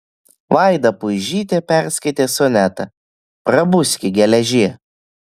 vaida puižytė perskaitė sonetą prabuski geležie